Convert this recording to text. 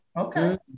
Okay